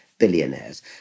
billionaires